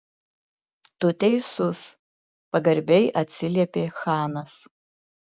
tu teisus pagarbiai atsiliepė chanas